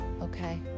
okay